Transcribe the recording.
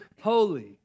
holy